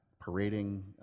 parading